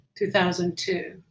2002